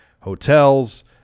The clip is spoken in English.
hotels